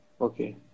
okay